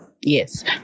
yes